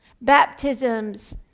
Baptisms